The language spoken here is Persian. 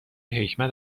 حکمت